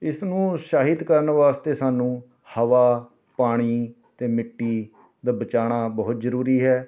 ਇਸ ਨੂੂੰ ਉਤਸ਼ਾਹਿਤ ਕਰਨ ਵਾਸਤੇ ਸਾਨੂੰ ਹਵਾ ਪਾਣੀ ਅਤੇ ਮਿੱਟੀ ਦਾ ਬਚਾਉਣਾ ਬਹੁਤ ਜ਼ਰੂਰੀ ਹੈ